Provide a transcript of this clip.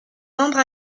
membre